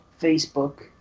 Facebook